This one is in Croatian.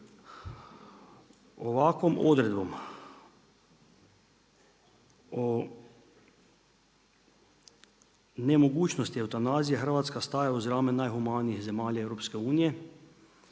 Ovakvom odredbom nemogućnosti eutanazije, Hrvatske staje uz rame najhumanijih zemalja EU-a,